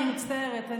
אני מצטערת.